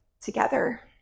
together